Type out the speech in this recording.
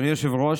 אדוני היושב-ראש,